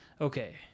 okay